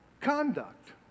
conduct